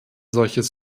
solches